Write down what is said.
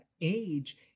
age